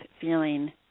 feeling